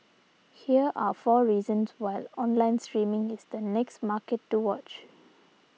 here are four reasons why online streaming is the next market to watch